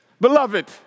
beloved